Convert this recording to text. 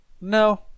No